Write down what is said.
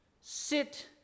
Sit